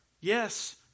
Yes